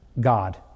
God